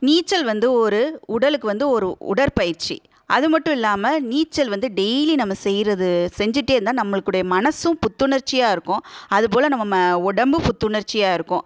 நீச்சல் வந்து ஒரு உடலுக்கு வந்து ஒரு உடற்பயிற்சி அது மட்டும் இல்லாமல் நீச்சல் வந்து டெய்லி நம்ம செய்கிறது செஞ்சிகிட்டே இருந்தால் நம்மளுக்குடைய மனதும் புத்துணர்ச்சியாக இருக்கும் அது போல் நம்மம்ம உடம்பும் புத்துணர்ச்சியாக இருக்கும்